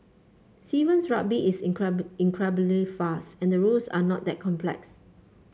Sevens Rugby is incredibly fast and rules are not that complex